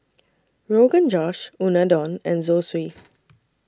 Rogan Josh Unadon and Zosui